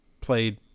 played